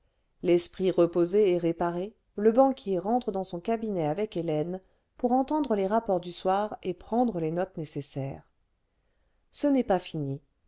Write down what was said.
l'esprit reposé et réparé le banquier rentre dans son cabinet avec hélène pour entendre les rapports du soir et prendre les notes nécessaires ce n'est pas fini